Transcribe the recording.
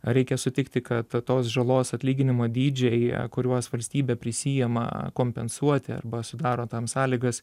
reikia sutikti kad tos žalos atlyginimo dydžiai kuriuos valstybė prisiima kompensuoti arba sudaro tam sąlygas